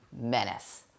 Menace